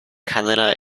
canada